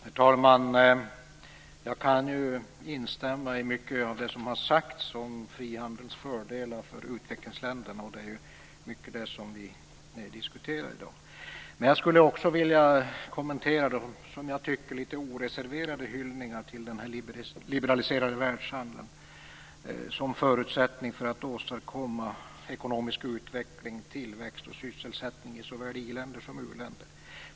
Herr talman! Jag kan instämma i mycket av det som har sagts om frihandelns fördelar för utvecklingsländerna. Det är i mycket det som vi i dag diskuterar. Jag skulle dock även vilja kommentera de, som jag tycker, litet oreserverade hyllningarna till den liberaliserade världshandeln som en förutsättning för att åstadkomma ekonomisk utveckling, tillväxt och sysselsättning i såväl i-länder som u-länder.